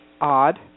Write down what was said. odd